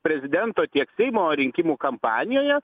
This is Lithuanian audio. prezidento tiek seimo rinkimų kampanijoje